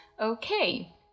Okay